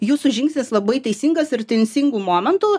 jūsų žingsnis labai teisingas ir tinsingu momentu